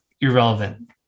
irrelevant